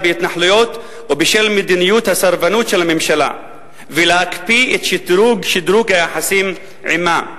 בהתנחלויות ובשל מדיניות הסרבנות של הממשלה ולהקפיא את שדרוג היחסים עמה.